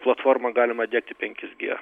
platforma galima diegti penkis gie